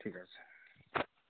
ঠিক আছে